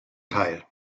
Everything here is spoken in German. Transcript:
teil